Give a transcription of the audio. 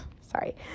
sorry